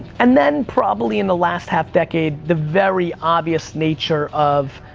and then probably in the last half decade, the very obvious nature of,